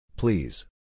Please